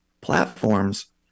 platforms